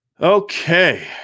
okay